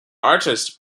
artist